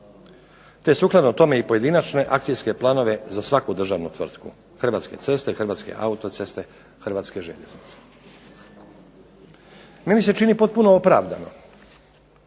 te sukladno tome i pojedinačne akcijske planove za svaku državnu tvrtku, Hrvatske ceste, Hrvatske auto-ceste, Hrvatske željeznice. Meni se čini potpuno opravdano,